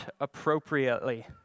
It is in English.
appropriately